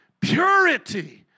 Purity